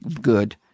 good